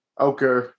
Okay